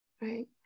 right